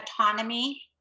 autonomy